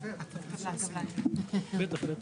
זה צריך להיות